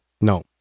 No